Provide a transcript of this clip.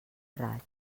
raig